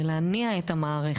זה כדי להניע את המערכת.